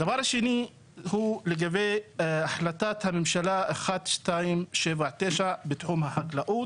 הדבר השני הוא לגבי החלטת הממשלה 1279 בתחום החקלאות,